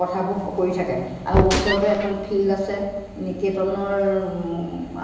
কথাবোৰ কৰি থাকে আৰু ওচৰতে এখন ফিল্ড আছে নিকেতনৰ